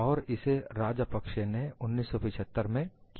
और इसे राजापक्षे ने 1975 में किया